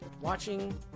watching